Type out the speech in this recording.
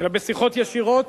אלא בשיחות ישירות